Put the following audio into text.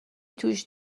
توش